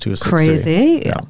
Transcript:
crazy